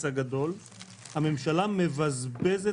מפלגת העבודה,